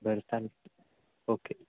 बरं चालेल ओके